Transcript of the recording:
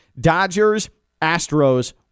Dodgers-Astros